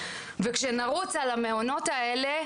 וכשנרוץ על המעונות האלה,